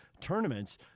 tournaments